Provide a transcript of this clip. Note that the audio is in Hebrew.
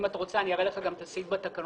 אם אתה רוצה, אראה לך את הסעיף בתקנון.